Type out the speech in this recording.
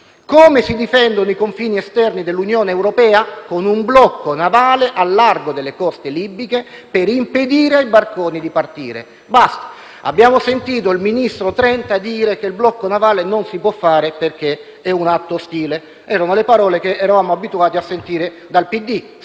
Come si difendono i confini esterni dell'Unione europea? Si difendono con un blocco navale a largo delle coste libiche, per impedire ai barconi di partire. Abbiamo sentito il ministro Trenta dire che il blocco navale non si può fare, perché è un atto ostile. Eravamo abituati a sentire